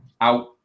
out